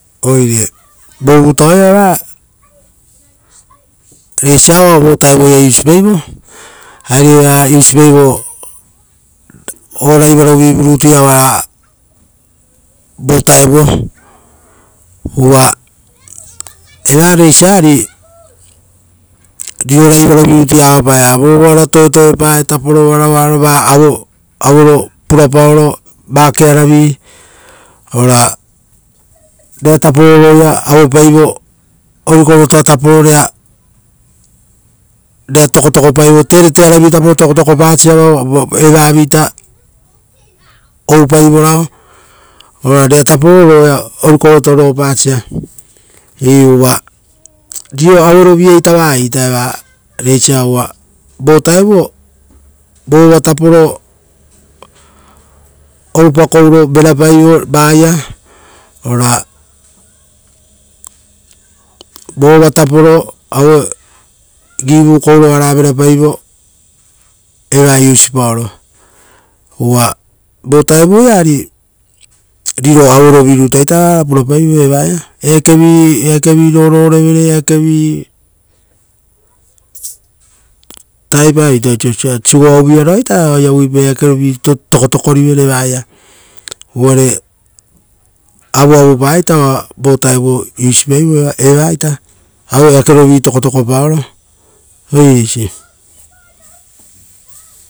Oire vo vutaoia eva resa oa vovutaoia arupae, ari eva kovopiepaivo oravarovu rutu oara vo taevuo vutaro uva eva resa, ari riro ravaro rutu. Ia avapae, vova ora toetoepae varauaro va avoro, avoro purapaoro uak aravi, ora reratapo roia auepaivo orikoroto pato rera, tokotokopaivo koroviri ravi tokotokopasa evavita oupaivora, ora rera tapo reia orikoroto ropasa. Iuu uva, airo, auroviaita vai eva resa uva vo taeuvo vutao vova tapo orupakoro verapaivo vaia, ora vovatapo givukou ro oara verapaivo eva usipaoro uva vo taevu vutaoia ari, riro auero viro rutu evaia eakevi, eake rorovere- re eakevi. Taraipa vieita oiso ita sigoa uvuiaroaita eva oaia uvuipau ra eakevi tokotokorivere uvare avuavupaita oai usipaivo roropae. Evaiata aue, eakero tokotokopaoro. Oire eisi.